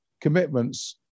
commitments